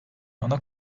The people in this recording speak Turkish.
ana